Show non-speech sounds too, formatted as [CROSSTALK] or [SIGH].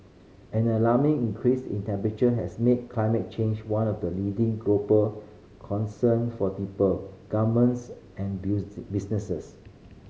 an alarming increase in temperature has made climate change one of the leading global concern for people governments and [UNINTELLIGIBLE] businesses